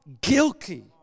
guilty